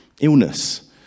Illness